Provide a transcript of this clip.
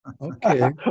Okay